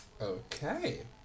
Okay